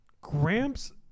Gramps